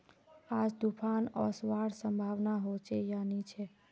आज तूफ़ान ओसवार संभावना होचे या नी छे?